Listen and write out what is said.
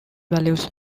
values